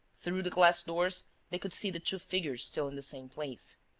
through the glass doors, they could see the two figures still in the same place.